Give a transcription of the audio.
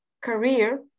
career